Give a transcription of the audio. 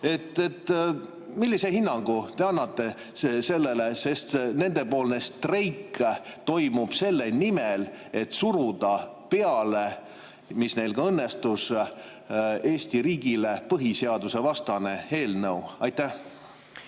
Millise hinnangu te annate sellele? Nende streik toimub selle nimel, et suruda peale – mis neil ka õnnestus – Eesti riigile põhiseadusvastane eelnõu. Aitäh,